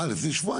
אה, לפני שבועיים.